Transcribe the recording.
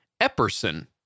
Epperson